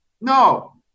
No